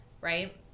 right